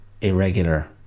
irregular